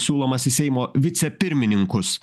siūlomas į seimo vicepirmininkus